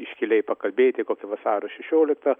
iškiliai pakalbėti kokią vasario šešioliktą